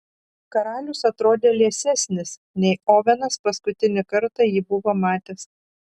karalius atrodė liesesnis nei ovenas paskutinį kartą jį buvo matęs